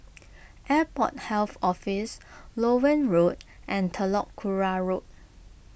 Airport Health Office Loewen Road and Telok Kurau Road